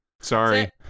sorry